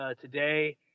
today